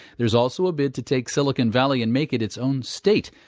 there's also a bid to take silicon valley and make it its own state.